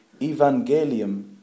Evangelium